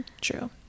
true